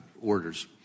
orders